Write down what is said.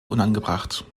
unangebracht